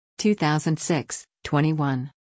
2006-21